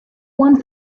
one